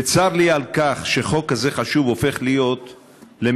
וצר לי על כך שחוק כזה חשוב הופך להיות למגרש